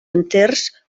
enters